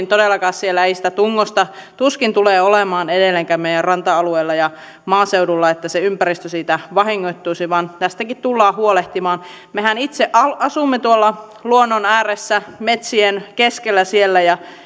todellakaan siellä sitä tungosta tuskin tulee olemaan edelleenkään meidän ranta alueillamme ja maaseudulla niin että se ympäristö siitä vahingoittuisi vaan tästäkin tullaan huolehtimaan mehän itse asumme luonnon ääressä metsien keskellä siellä ja